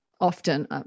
often